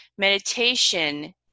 meditation